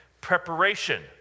Preparation